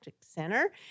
Center